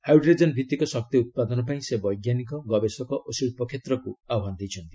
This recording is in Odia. ହାଇଡ୍ରୋଜେନ୍ ଭିତ୍ତିକ ଶକ୍ତି ଉତ୍ପାଦନ ପାଇଁ ସେ ବୈଜ୍ଞାନିକ ଗବେଷକ ଓ ଶିଳ୍ପ କ୍ଷେତ୍ରକୁ ଆହ୍ୱାନ ଦେଇଛନ୍ତି